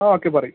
ആ ഓക്കെ പറയൂ